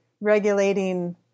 regulating